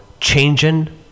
changing